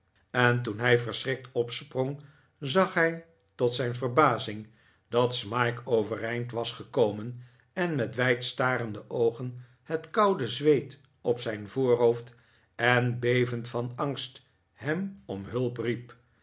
en toen hij verschrikt opsprqng zag hij tot zijn verbazing dat smike overeind was gekomen en met wijd starende oogen het koude zweet op zijn voorhoofd en bevend van angst hem om hulp riep